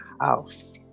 House